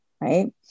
right